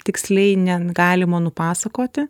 tiksliai negalima nupasakoti